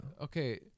okay